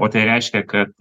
o tai reiškia kad